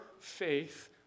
faith